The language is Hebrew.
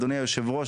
אדוני היושב-ראש,